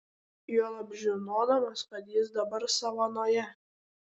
juolab žinodamas kad jis dabar savanoje